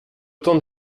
temps